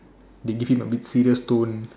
they give him abit serious tone